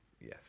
Yes